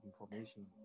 information